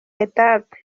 etape